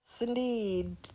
Indeed